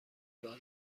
باز